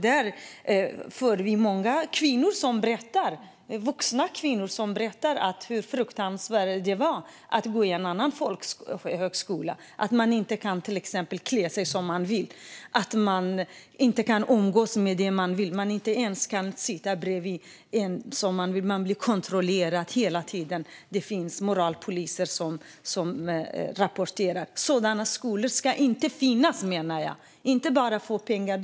Där berättar många vuxna kvinnor om hur fruktansvärt det har varit att gå i en annan folkhögskola där man till exempel inte kan klä sig som man vill, umgås med dem man vill eller ens sitta bredvid vem man vill. Man blir hela tiden kontrollerad, och det finns moralpoliser som rapporterar. Sådana skolor ska inte finnas, menar jag. Det handlar inte bara om att de inte ska få pengar.